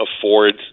afford